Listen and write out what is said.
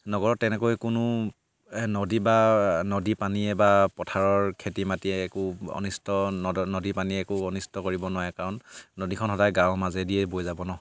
নগৰত তেনেকৈ কোনো নদী বা নদী পানীয়ে বা পথাৰৰ খেতি মাতিয়ে একো অনিষ্ট নদ নদী পানীয়ে একো অনিষ্ট কৰিব নোৱাৰে কাৰণ নদীখন সদায় গাঁৱৰ মাজেদিয়ে বৈ যাব ন